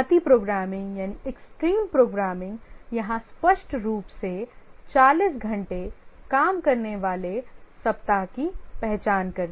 अति प्रोग्रामिंग यहां स्पष्ट रूप से 40 घंटे काम करने वाले सप्ताह की पहचान करती है